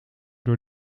door